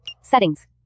Settings